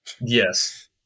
Yes